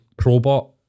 ProBot